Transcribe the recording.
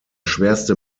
schwerste